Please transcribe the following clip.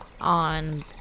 on